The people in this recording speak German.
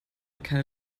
keine